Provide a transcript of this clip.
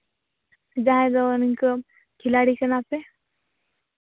ᱡᱟᱦᱟᱸᱭ ᱫᱚ ᱱᱤᱝᱠᱟᱹ ᱠᱷᱤᱞᱟᱲᱤ ᱠᱟᱱᱟ ᱯᱮ